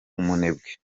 umunebwe